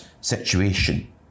situation